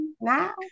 now